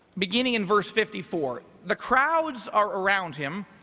beginning in verse fifty four, the crowds are around him.